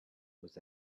was